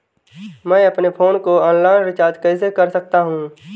मैं अपने फोन को ऑनलाइन रीचार्ज कैसे कर सकता हूं?